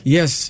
Yes